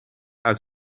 uit